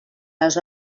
les